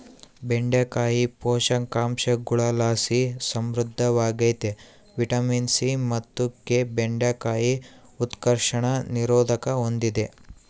ಬೆಂಡೆಕಾಯಿ ಪೋಷಕಾಂಶಗುಳುಲಾಸಿ ಸಮೃದ್ಧವಾಗ್ಯತೆ ವಿಟಮಿನ್ ಸಿ ಮತ್ತು ಕೆ ಬೆಂಡೆಕಾಯಿ ಉತ್ಕರ್ಷಣ ನಿರೋಧಕ ಹೂಂದಿದೆ